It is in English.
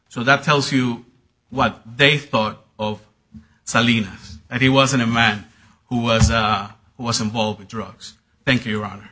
so that tells you what they thought of selena and he wasn't a man who was who was involved with drugs thank you ro